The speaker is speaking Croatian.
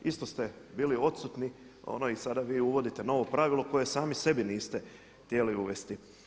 Isto ste bili odsutni i sada vi uvodite novo pravilo koje sami sebi niste htjeli uvesti.